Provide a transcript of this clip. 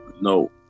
No